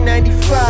95